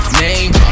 name